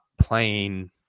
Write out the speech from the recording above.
playing